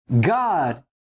God